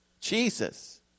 Jesus